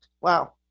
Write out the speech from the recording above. Wow